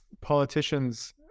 politicians